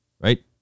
Right